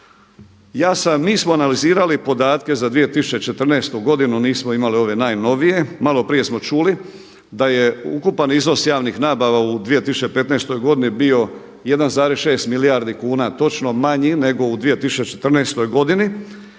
Ja sam, mi smo analizirali podatke za 2014. godinu nismo imali ove najnovije, maloprije smo čuli da je ukupan iznos javnih nabava u 2015. godini bio 1,6 milijardi kuna točno manji nego u 2014. godini.